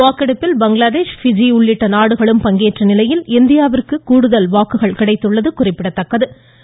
வாக்கெடுப்பில் பங்களாதேஷ் பிஜி உள்ளிட்ட நாடுகளும் பங்கேற்ற நிலையில் இந்தியாவிற்கு கூடுதல் வாக்குகள் கிடைத்துள்ளன